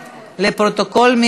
לפרוטוקול.